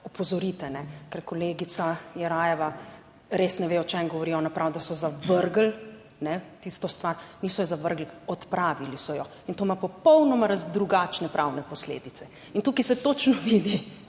opozorite. Ker kolegica Jerajeva res ne ve o čem govori, ona pravi, da so zavrgli ne tisto stvar. Niso jo zavrgli, odpravili so jo in to ima popolnoma drugačne pravne posledice. Tukaj se točno vidi,